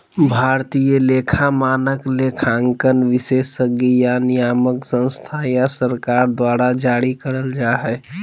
भारतीय लेखा मानक, लेखांकन विशेषज्ञ या नियामक संस्था या सरकार द्वारा जारी करल जा हय